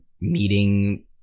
meeting